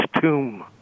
Tomb